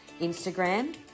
Instagram